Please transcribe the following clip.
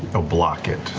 ah block it.